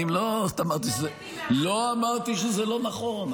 לא אמרתי שזה לא נכון,